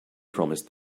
promised